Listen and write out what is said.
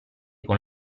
con